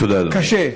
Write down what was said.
קשה.